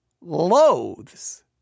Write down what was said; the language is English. loathes